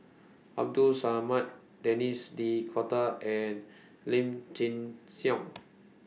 Abdul Samad Denis D'Cotta and Lim Chin Siong